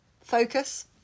Focus